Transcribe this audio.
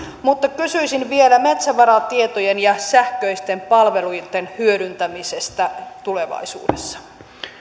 mutta kysyisin vielä metsävaratietojen ja sähköisten palveluitten hyödyntämisestä tulevaisuudessa